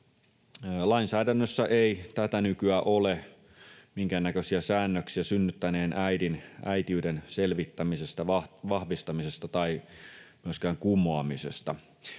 Lainsäädännössä ei tätä nykyä ole minkäännäköisiä säännöksiä synnyttäneen äidin äitiyden selvittämisestä, vahvistamisesta tai myöskään kumoamisesta,